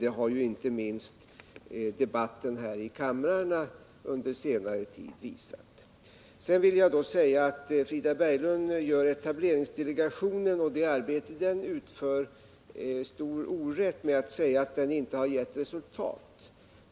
Det har ju inte minst debatten här i kammaren under senare tid visat. Sedan vill jag säga att Frida Berglund gör etableringsdelegationen och det arbete som den utför stor orätt när hon säger att den inte har gett resultat.